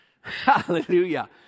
Hallelujah